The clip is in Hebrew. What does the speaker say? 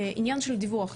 בעניין הדיווח,